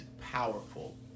powerful